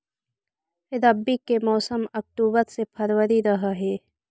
रब्बी के मौसम अक्टूबर से फ़रवरी रह हे